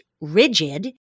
rigid